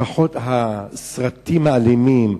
לפחות הסרטים האלימים,